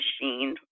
machine